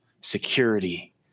security